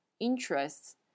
interests